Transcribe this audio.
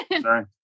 Sorry